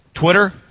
Twitter